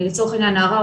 לצורך העניין נערה,